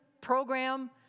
program